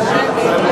נתקבלה.